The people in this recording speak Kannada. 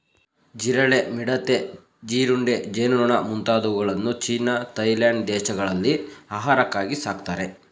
ಜಿರಳೆ, ಮಿಡತೆ, ಜೀರುಂಡೆ, ಜೇನುನೊಣ ಮುಂತಾದವುಗಳನ್ನು ಚೀನಾ ಥಾಯ್ಲೆಂಡ್ ದೇಶಗಳಲ್ಲಿ ಆಹಾರಕ್ಕಾಗಿ ಸಾಕ್ತರೆ